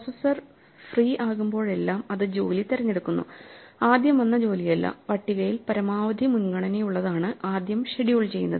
processor free ആകുമ്പോഴെല്ലാം അത് ജോലി തിരഞ്ഞെടുക്കുന്നു ആദ്യം വന്ന ജോലിയല്ല പട്ടികയിൽ പരമാവധി മുൻഗണനയുള്ളതാണ് ആദ്യം ഷെഡ്യൂൾ ചെയ്യുന്നത്